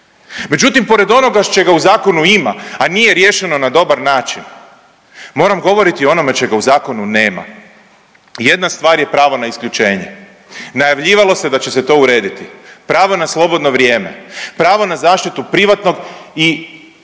Međutim, pored onoga čega u Zakonu ima, a nije riješeno na dobar način, moram govoriti o onome čega u Zakonu nema. Jedna stvar je pravo na isključenje. Najavljivalo se da će se to urediti. Pravo na slobodno vrijeme. Pravo na zaštitu privatnog i